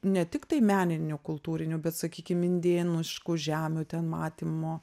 ne tiktai meninių kultūrinių bet sakykim indėniškų žemių ten matymo